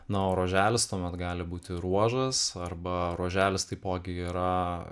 na o ruoželis tuomet gali būti ruožas arba ruoželis taipogi yra